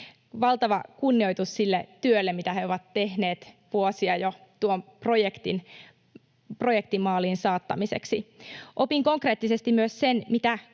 Valtava kunnioitus sille työlle, mitä he ovat tehneet jo vuosia tuon projektin maaliin saattamiseksi. Opin konkreettisesti myös sen,